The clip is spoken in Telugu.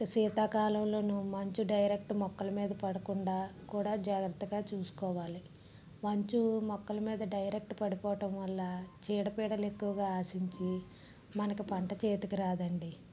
శీతాకాలంలోను మంచు డైరెక్ట్ మీద పడకుండా కూడా జాగ్రత్తగా చూసుకోవాలి మంచు మొక్కల మీద డైరెక్ట్ పడిపోవటం వల్ల చీడపీడలు ఎక్కువగా ఆశించి మనకి పంట చేతికి రాదండి